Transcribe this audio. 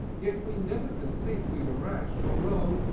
yet we never can think we were rash or wrong,